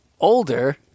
older